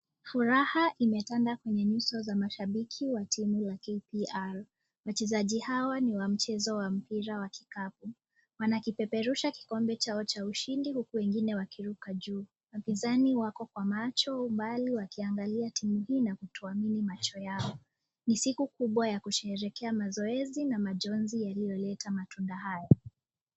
Furaha imetanda kwenye nyuso za mashabiki wa timu ya KPR , wachezaji hawa ni mchezo wa mpira wa kikapu, wanakipeperusha kikombe chao cha usindi huku wengine wakiruka juu, wapinzani wako kwa mbali wakiangalia timu hii na kutoamini macho yao, ni siku kubwa ya kusherehekea mazoezi na majonzi yaliyoleta matunda hayo.